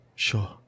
Sure